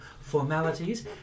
formalities